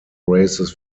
races